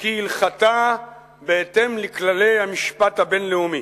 כהלכתה בהתאם לכללי המשפט הבין-לאומי?